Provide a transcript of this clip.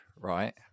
right